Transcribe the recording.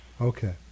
Okay